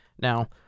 Now